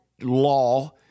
law